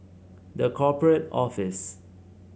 The Corporate Office